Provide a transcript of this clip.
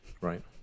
Right